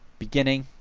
beginning.